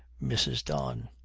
mrs. don.